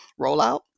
rollout